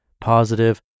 positive